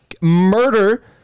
murder